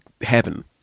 heaven